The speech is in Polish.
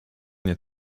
nie